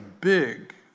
big